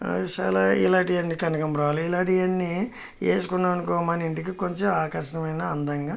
చాలా ఇలాంటివి అన్నీ కనకాంబరాలు ఇలాంటివి అన్నీ వేసుకున్నాం అనుకో మన ఇంటికి కొంచెం ఆకర్షణమైన అందంగా